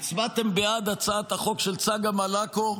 הצבעתם בעד הצעת החוק של צגה מלקו,